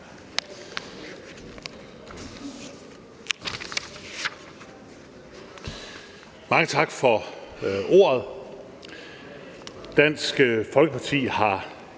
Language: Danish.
Mange tak for ordet. Dansk Folkeparti har